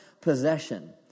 possession